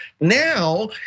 Now